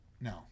No